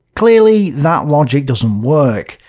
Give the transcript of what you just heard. clearly, that logic doesn't work.